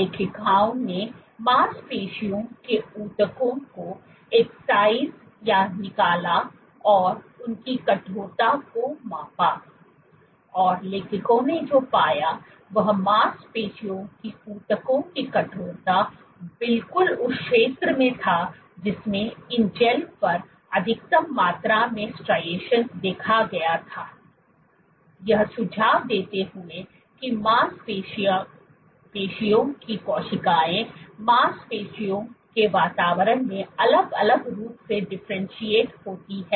लेखकों ने मांसपेशियों के ऊतकों को एक्साइस या निकाला और उनकी कठोरता को मापा और लेखकों ने जो पाया वह मांसपेशियों के ऊतकों की कठोरता बिल्कुल उस क्षेत्र में था जिसमें इन जैल पर अधिकतम मात्रा में स्ट्राइएशन देखा गया था यह सुझाव देते हुए कि मांसपेशियों की कोशिकाएं मांसपेशियों के वातावरण में अलग अलग रूप से डिफरेंटशिएट होती हैं